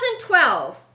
2012